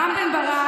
רם בן ברק,